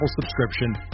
subscription